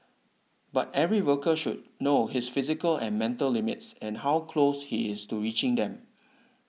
but every worker should know his physical and mental limits and how close he is to reaching them